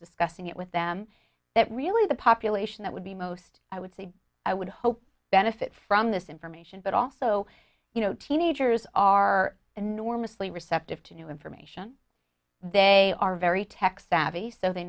discussing it with them that really the population that would be most i would say i would hope benefit from this information but also you know teenagers are enormously receptive to new information they are very